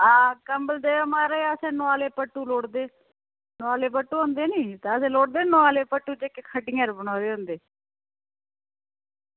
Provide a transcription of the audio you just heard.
ते कंबल असें नालै पट्टु लोड़दे ते असें लोड़दे नालै पट्टु जेह्ड़े खड्डियें उप्पर बनाए दे होंदे